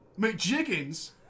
McJiggins